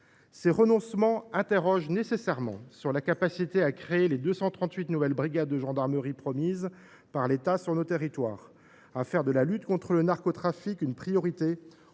Ces renoncements interrogent nécessairement notre capacité à créer les 238 nouvelles brigades de gendarmerie promises par l’État sur nos territoires et à faire de la lutte contre le narcotrafic une priorité.